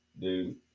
dude